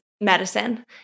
medicine